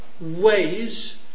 ways